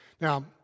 Now